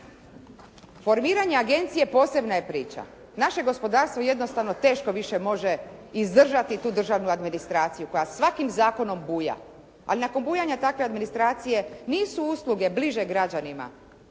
Formiranje Agencije posebna je priča. Naše gospodarstvo jednostavno teško više može izdržati tu državnu administraciju koja svakim zakonom buja. Ali nakon bujanja takve administracije nisu usluge bliže građanima